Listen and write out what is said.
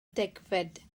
degfed